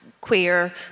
queer